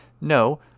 no